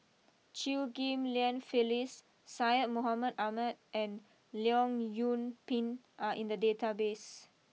Chew Ghim Lian Phyllis Syed Mohamed Ahmed and Leong Yoon Pin are in the database